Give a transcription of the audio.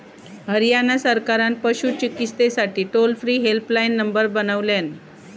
हरयाणा सरकारान पशू चिकित्सेसाठी टोल फ्री हेल्पलाईन नंबर बनवल्यानी